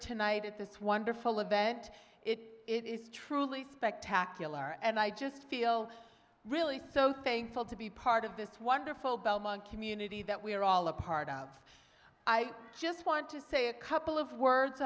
tonight at this wonderful event it is truly spectacular and i just feel really so thankful to be part of this wonderful belmont community that we are all a part of i just want to say a couple of words